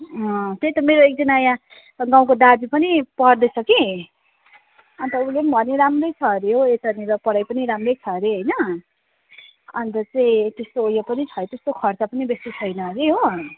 अँ त्यही त मेरो एकजना यहाँ गाउँको दाजु पनि पढ्दैछ कि अन्त उसले पनि भन्यो राम्रै छ अरे हो यतानिर पढाइ पनि राम्रै छ अरे होइन अन्त चाहिँ त्यस्तो उयो पनि छ त्यस्तो खर्च पनि बेसी छैन अरे हो